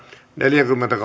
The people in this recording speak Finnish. neljäkymmentä